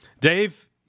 Dave